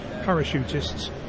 parachutists